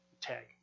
Tag